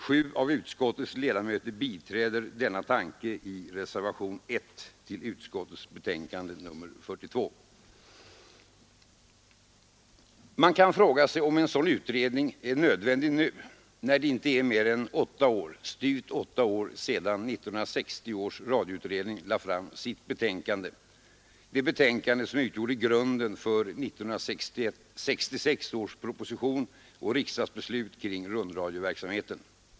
Sju av utskottets ledamöter biträder denna tanke i reservationen 1 vid utskottets betänkande nr 42. Man kan fråga sig om en sådan utredning nu är nödvändig när det inte är mer än styvt åtta år sedan 1960 års radioutredning lade fram sitt betänkande, som utgjorde grunden för 1966 års proposition och riksdagsbeslut kring rundradioverksamheten.